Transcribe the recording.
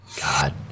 god